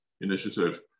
initiative